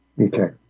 Okay